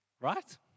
Right